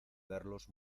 verlos